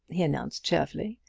he announced cheerfully.